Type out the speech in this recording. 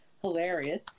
hilarious